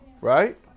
right